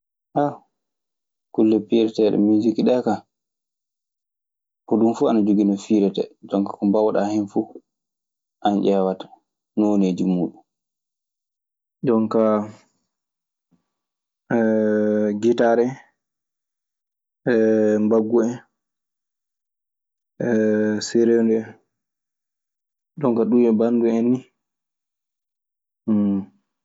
kulle piireteeɗe miisikku ɗee, hoɗum fuu ana jogii no fiiretee jonka ko mbawɗaa hen fuu, an ƴeewa ta nooneeji muuɗum. Nden kaa so ɓe ngarii fuu, mi weltina ɓe, mi weltina ɓerɗe maɓɓe. Jonkaa gitaare eee mbaggu en eee sereendu en. Jonka ɗun e bandun en ni.